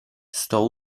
sto